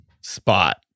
spot